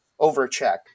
overcheck